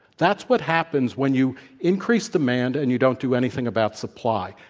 that's what happens when you increase demand and you don't do anything about supply.